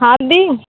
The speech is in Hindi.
हाँ दी